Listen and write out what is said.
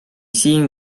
siin